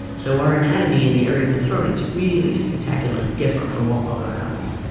so our anatomy in the area of the throat is really, spectacularly different from all other animals.